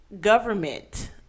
government